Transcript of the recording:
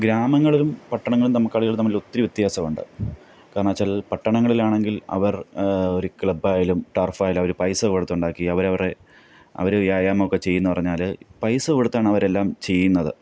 ഗ്രാമങ്ങളിലും പട്ടണങ്ങളും കളികൾ തമ്മിൽ ഒത്തിരി വ്യത്യാസവുണ്ട് കാരണം എന്നു വച്ചാൽ പട്ടണങ്ങളിലാണെങ്കിൽ അവർ ഒര് ക്ലബായാലും ടർഫായാലും അവർ പൈസ കൊടുത്തുണ്ടാക്കി അവർ അവരുടെ അവർ വ്യായാമമൊക്കെ ചെയ്യും എന്നു പറഞ്ഞാൽ പൈസ കൊടുത്താണ് അവരെല്ലാം ചെയ്യുന്നത്